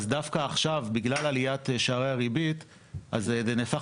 אז דווקא עכשיו בגלל עליית שערי הריבית זה נהפך